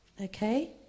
okay